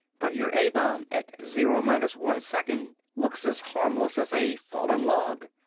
but your a-bomb at zero minus one second looks as harmless as a fallen log.